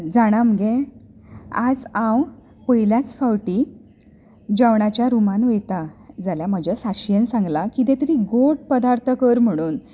जाणां मगे आज हांव पयल्याच फावटीं जेवणाच्या रूमांत वयतां जाल्यार म्हज्या शाशेन सांगलां कितें तरी गोड पदार्थ कर म्हणून